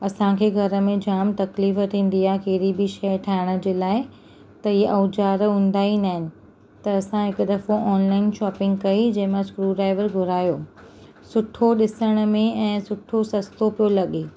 असांखे घर में जामु तकलीफ़ थींदी आहे कहिड़ी बि शइ ठाहिण जे लाइ त इहे औज़ार हूंदा ई न आहिनि त असां हिकु दफ़ो ऑनलाइन शौपिंग कई जंहिं मां स्क्रूड्राइवर घुरायो सुठो ॾिसण में ऐं सुठो सस्तो पियो लॻे